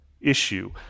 issue